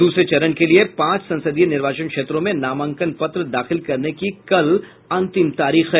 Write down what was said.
दूसरे चरण के लिये पांच संसदीय निर्वाचन क्षेत्रों में नामांकन पत्र दाखिल करने की कल अंतिम तारीख है